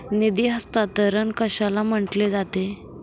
निधी हस्तांतरण कशाला म्हटले जाते?